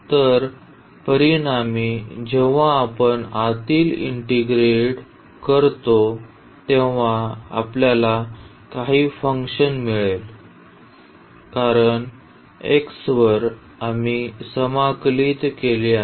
तर परिणामी जेव्हा आपण आतील इंटिग्रेट करतो तेव्हा आपल्याला काही फंक्शन मिळेल कारण x वर आम्ही समाकलित केले आहे